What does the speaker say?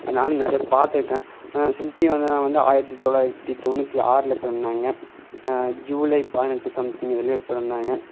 நானும் நிறையா பார்த்துருக்கேன் ஸ்மித்தி மந்தனா வந்து ஆயிரத்தி தொளாயிரத்தி தொண்ணூற்றி ஆறில் பிறந்தாங்க ஜூலை பதினெட்டு சம்திங் எதுலேயோ பிறந்தாங்க